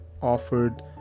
offered